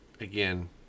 again